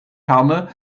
herne